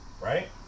Right